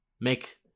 make